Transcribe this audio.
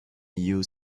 you